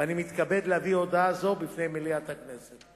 ואני מתכבד להביא הודעה זו בפני מליאת הכנסת.